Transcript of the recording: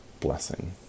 blessing